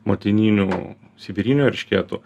motininių sibirinių eršketų